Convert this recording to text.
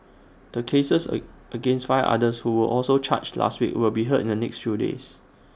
the cases A against five others who were also charged last week will be heard in the next few days